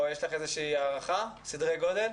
יש לך איזושהי הערכה של סדרי גודל?